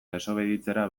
desobeditzera